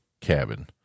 cabin